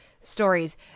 stories